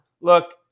look